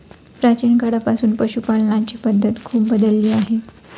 प्राचीन काळापासून पशुपालनाची पद्धत खूप बदलली आहे